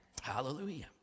Hallelujah